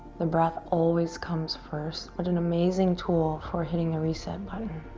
the breath always comes first. what an amazing tool for hitting the reset button.